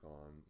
on